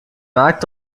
markt